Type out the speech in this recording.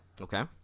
Okay